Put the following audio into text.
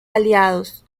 aliados